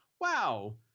wow